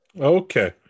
okay